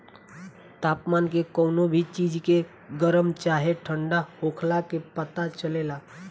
तापमान के कवनो भी चीज के गरम चाहे ठण्डा होखला के पता चलेला